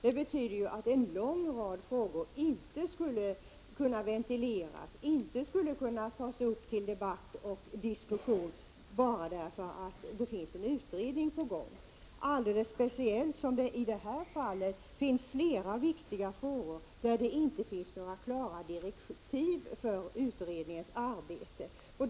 Det betyder att en lång rad frågor inte skulle kunna ventileras, inte skulle kunna tas upp till debatt och diskussion, bara för att det finns en utredning på gång. Detta gäller alldeles speciellt det här fallet, eftersom flera viktiga frågor saknar klara direktiv för utredningens arbete.